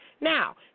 Now